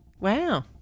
Wow